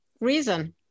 reason